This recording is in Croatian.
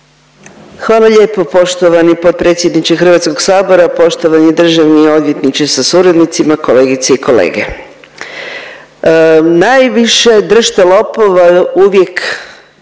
Hvala lijepo poštovani potpredsjedniče HS. Poštovani državni odvjetniče sa suradnicima, kolegice i kolege. Najviše držte lopova uvijek